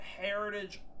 Heritage